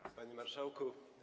Panie Marszałku!